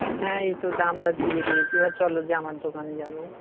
হ্যাঁ এই তো দামটা দিয়ে দিয়েছি এবার চলো জামার দোকানে যাবো